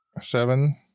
seven